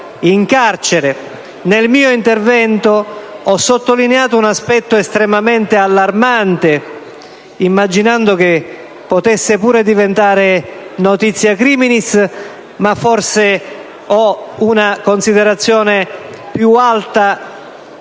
Nel mio intervento, ho sottolineato un aspetto estremamente allarmante, immaginando che potesse pure diventare *notitia* *criminis,* ma forse ho una considerazione più alta di quanto